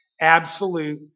Absolute